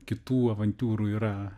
kitų avantiūrų yra